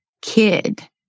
kid